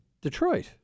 Detroit